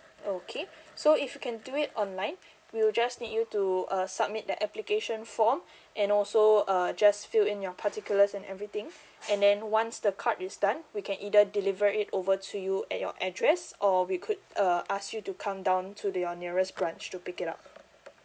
okay so if you can do it online we will just need you to uh submit the application form and also uh just fill in your particulars and everything and then once the card is done we can either deliver it over to you at your address or we could uh ask you to come down to your nearest branch to pick it up